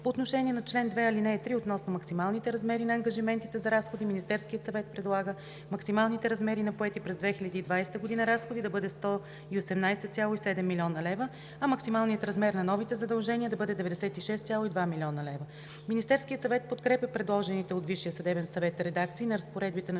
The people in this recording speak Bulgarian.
По отношение на чл. 2, ал. 3 относно максималните размери на ангажиментите за разходи Министерският съвет предлага максималните размери на поети през 2020 г. разходи да бъде 118,7 млн. лв., а максималният размер на новите задължения да бъде 96,2 млн. лв. Министерският съвет подкрепя предложените от Висшия съдебен съвет редакции на разпоредбите на